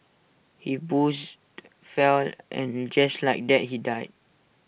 he boozed fell and just like that he died